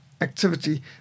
activity